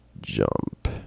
jump